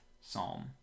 Psalm